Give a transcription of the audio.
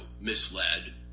misled